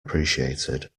appreciated